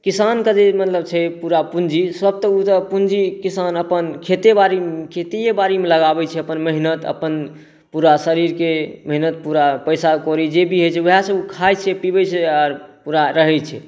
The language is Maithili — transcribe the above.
किसानके जे मतलब छै पूरा पूँजी सब तऽ ओ तऽ पूँजी किसान अपन खेते बाड़ी खेतिए बाड़ीमे लगाबै छै अपन मेहनति अपन पूरा शरीरके मेहनति पूरा पइसा कौड़ी जे भी होइ छै वएहसँ ओ खाइ छै पिबै छै आओर पूरा रहै छै